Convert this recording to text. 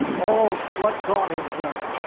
oh, what god has done!